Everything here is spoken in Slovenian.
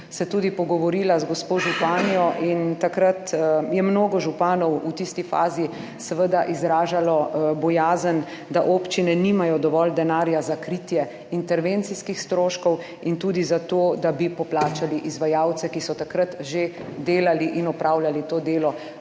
se tudi pogovorila z gospo županjo in takrat je mnogo županov, v tisti fazi seveda, izražalo bojazen, da občine nimajo dovolj denarja za kritje intervencijskih stroškov in tudi za to, da bi poplačali izvajalce, ki so takrat že delali in opravljali to delo